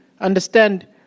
understand